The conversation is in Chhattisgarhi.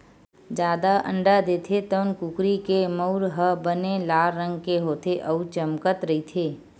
जादा अंडा देथे तउन कुकरी के मउर ह बने लाल रंग के होथे अउ चमकत रहिथे